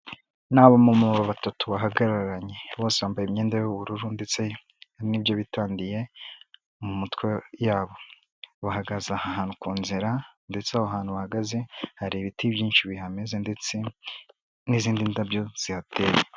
Ni aba mama batatu bahagararanye bose bambaye imyenda y'ubururu ndetse n'ibyo bitangiyeye mu mitwe yabo, bahagaze ahantu ku nzira ndetse aho ahantu hahagaze hari ibiti byinshi bihameze ndetse n'izindi ndabyo zihateye.